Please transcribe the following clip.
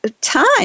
time